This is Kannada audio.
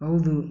ಹೌದು